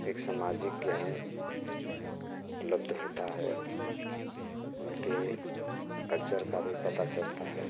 एक समाजिक ज्ञान उपलब्ध होता है उनके कल्चर का भी पता चलता है